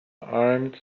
armed